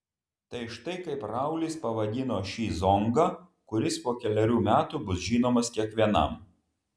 tai štai kaip raulis pavadino šį zongą kuris po kelerių metų bus žinomas kiekvienam